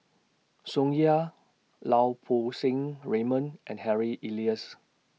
Tsung Yeh Lau Poo Seng Raymond and Harry Elias